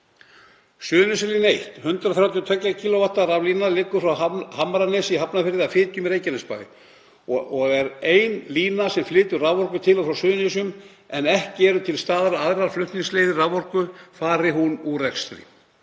Suðurnesjalína 1, 132 kV raflína, liggur frá Hamranesi í Hafnarfirði að Fitjum í Reykjanesbæ og er eina línan sem flytur raforku til og frá Suðurnesjum en ekki eru til staðar aðrar flutningsleiðir raforku fari hún úr rekstri.